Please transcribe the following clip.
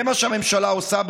זה מה שהממשלה עושה,